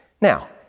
Now